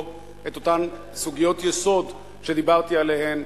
את אותן סוגיות יסוד שדיברתי עליהן,